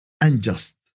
unjust